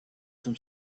them